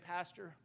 Pastor